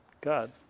God